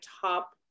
top